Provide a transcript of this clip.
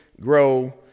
grow